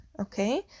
okay